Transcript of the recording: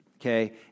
okay